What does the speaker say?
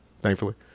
thankfully